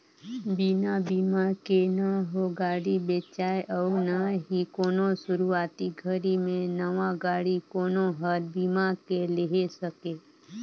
बिना बिमा के न हो गाड़ी बेचाय अउ ना ही कोनो सुरूवाती घरी मे नवा गाडी कोनो हर बीमा के लेहे सके